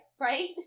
Right